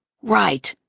right.